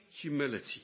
humility